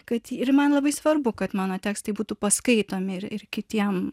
kad ir man labai svarbu kad mano tekstai būtų paskaitomi ir kitiem